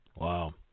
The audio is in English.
Wow